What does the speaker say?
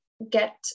Get